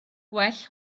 gwell